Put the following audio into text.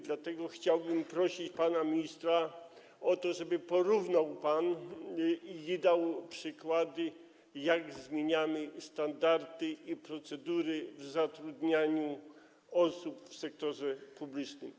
Dlatego chciałbym prosić pana ministra o to, żeby porównał pan i dał przykłady, jak zmieniamy standardy i procedury w zatrudnianiu osób w sektorze publicznym.